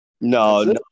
no